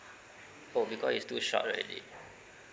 oh because it's too short already